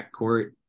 backcourt